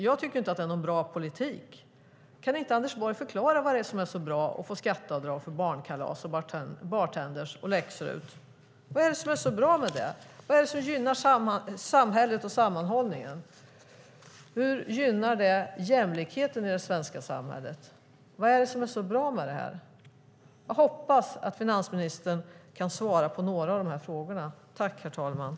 Jag tycker inte att det är någon bra politik. Kan inte Anders Borg förklara vad det är som är så bra med att få skatteavdrag för barnkalas, bartenders och läxhjälp? Vad är det som gynnar samhället och sammanhållningen? Hur gynnar det jämlikheten i det svenska samhället? Vad är det som är så bra med det här? Jag hoppas att finansministern kan svara på några av de här frågorna.